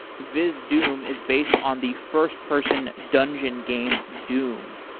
vizdoom is based on the first-person dungeon game doom.